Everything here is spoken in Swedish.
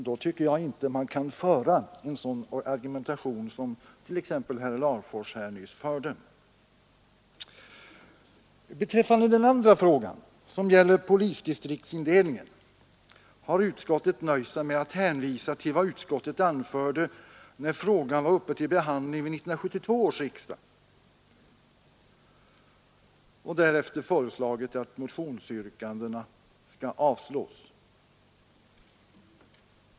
Då kan man knappast argumentera så som t.ex. herr Larfors nyss gjorde här. Beträffande den andra frågan, som gäller polisdistriktsindelningen, har utskottet nöjt sig med att hänvisa till vad det anförde när frågan var uppe till behandling vid 1972 års riksdag och därefter föreslagit att motionsyrkandena skall avslås.